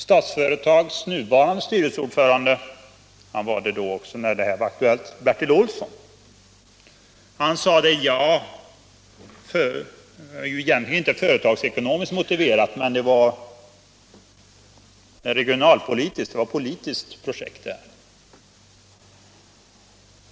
Statsföretags nuvarande styrelseordförande Bertil Olsson, han var styrelseordförande också då den här saken var aktuell, sade: Ja, det är egentligen inte företagsekonomiskt motiverat, men det är ett politiskt projekt.